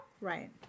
Right